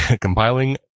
Compiling